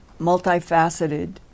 multifaceted